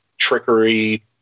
trickery